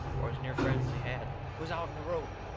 or as near friends as he had, was out in the road.